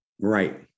Right